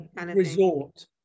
resort